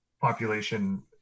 population